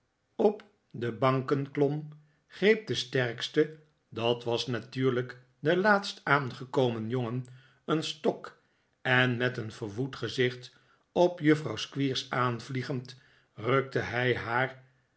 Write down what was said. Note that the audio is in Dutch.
op de banken klom greep de sterkste dat was natuurlijk de laatstaangekomen jongen een stok en met een verwoed gezicht op juffrouw squeers aanvliegend rukte hij haar